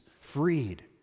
freed